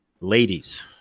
Ladies